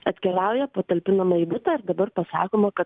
atkeliauja patalpinama į butą ir dabar pasakoma kad